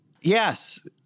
Yes